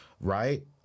right